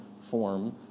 form